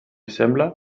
sembla